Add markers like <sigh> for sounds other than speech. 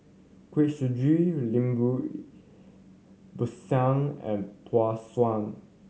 Kuih Suji Lemper Pisang and <unintelligible> suan